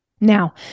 Now